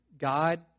God